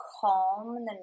calm